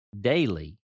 daily